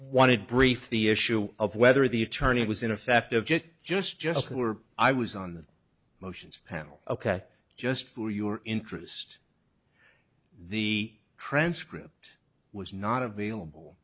wanted brief the issue of whether the attorney was ineffective just just just were i was on the motions panel ok just for your interest the transcript was not available